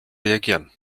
reagieren